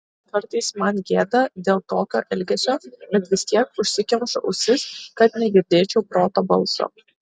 kartais man gėda dėl tokio elgesio bet vis tiek užsikemšu ausis kad negirdėčiau proto balso